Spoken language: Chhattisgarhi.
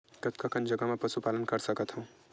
कतका कन जगह म पशु पालन कर सकत हव?